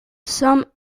some